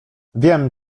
wiem